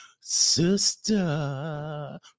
Sister